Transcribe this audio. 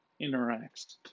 interacts